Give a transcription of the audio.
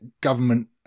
government